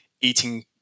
eating